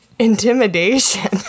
intimidation